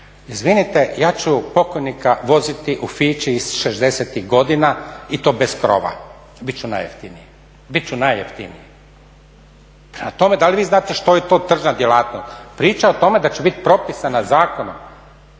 izvinite ja ću pokojnika voziti u Fići iz '60.-tih godina i to bez krova, biti ću najjeftiniji, biti ću najjeftiniji. Prema tome da li vi znate što je to tržna djelatnost? Priča o tome da će biti propisana zakonom,